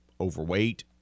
overweight